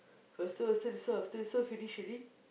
faster still the serve serve finish already